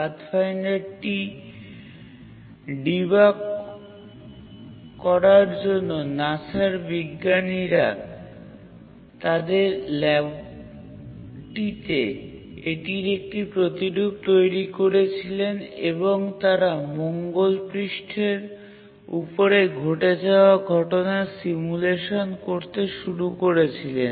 পাথফাইন্ডারটি debug করার জন্য NASA বিজ্ঞানীরা তাদের ল্যাবটিতে এটির একটি প্রতিরূপ তৈরি করেছিলেন এবং তারা মঙ্গল পৃষ্ঠের উপরে ঘটে যাওয়া ঘটনার সিমুলেশন করতে শুরু করেছিলেন